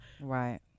Right